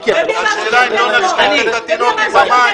השאלה אם לא נשפוך את התינוק עם המים.